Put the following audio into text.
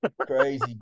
crazy